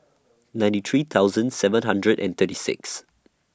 ninety three thousand seven hundred and thirty six